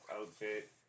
outfit